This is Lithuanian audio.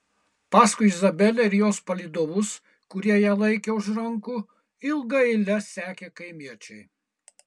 paskui izabelę ir jos palydovus kurie ją laikė už rankų ilga eile sekė kaimiečiai